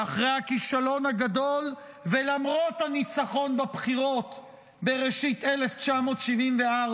שאחרי הכישלון הגדול ולמרות הניצחון בבחירות בראשית 1974,